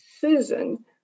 Susan